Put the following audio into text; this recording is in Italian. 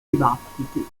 dibattiti